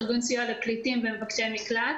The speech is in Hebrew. ארגון סיוע לפליטים ומבקשי מקלט.